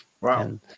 Wow